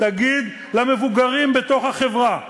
תגיד למבוגרים שבתוכה,